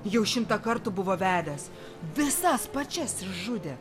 jau šimtą kartų buvo vedęs visas pačias išžudė